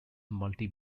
multi